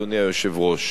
אדוני היושב-ראש,